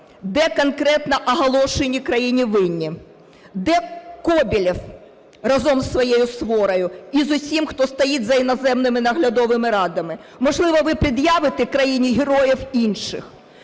Де конкретно оголошені країні винні? Де Коболєв разом з своєю сворою і з усім, хто стоїть за іноземними наглядовими радами? Можливо, ви пред'явите країні героїв інших?